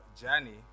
journey